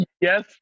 Yes